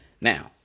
Now